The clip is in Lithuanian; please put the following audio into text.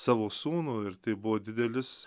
savo sūnų ir tai buvo didelis